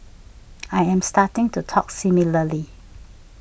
I am starting to talk similarly